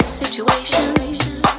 situations